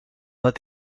het